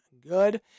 good